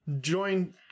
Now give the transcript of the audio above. Join